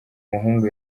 muhungu